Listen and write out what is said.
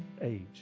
age